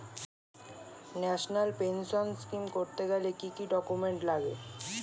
National pension scheme করতে গেলে কি কি ডকুমেন্ট লাগে?